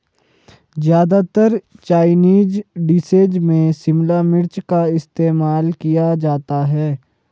ज्यादातर Chinese dishes में शिमला मिर्च का इस्तेमाल किया जाता है